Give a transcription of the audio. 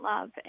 love